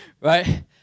right